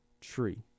tree